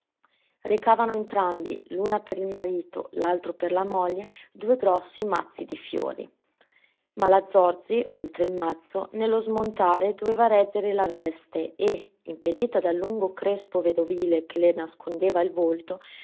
recavano entrambi l'una per il marito l'altro per la moglie due grossi mazzi di fiori ma la zorzi oltre il mazzo nello smontare doveva reggere la veste e impedita dal lungo crespo vedovile che le nascondeva il volto